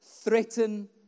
threaten